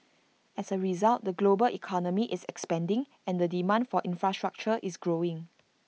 as A result the global economy is expanding and the demand for infrastructure is growing